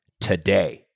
today